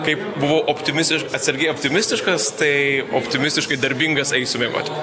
kaip buvau optimistiškai atsargiai optimistiškas tai optimistiškai darbingas eisiu miegoti